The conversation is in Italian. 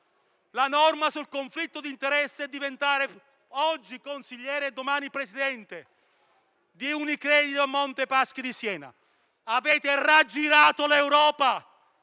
la norma sul conflitto di interesse e diventare oggi consigliere e domani presidente di Unicredit e Monte Paschi di Siena. Avete raggirato l'Europa;